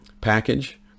package